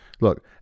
look